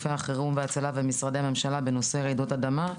גופי החירום וההצלה במשרדי הממשלה בנושא רעידות אדמה.